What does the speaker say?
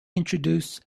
introduce